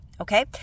okay